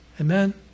Amen